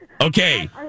Okay